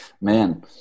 Man